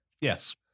Yes